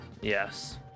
Yes